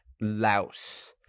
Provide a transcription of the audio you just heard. Louse